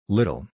Little